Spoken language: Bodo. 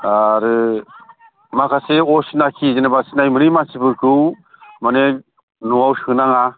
आरो माखासे असिनाखि जेनेबा सिनाय मोनै मानसिफोरखौ माने न'आव सोनाङा